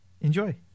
Enjoy